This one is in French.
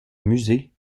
musée